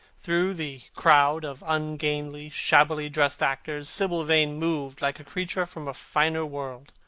through the crowd of ungainly, shabbily dressed actors, sibyl vane moved like a creature from a finer world.